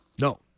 no